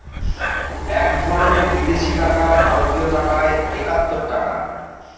এক ধরনের বিদেশি টাকা ভারতীয় টাকায় একাত্তর টাকা